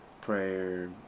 prayer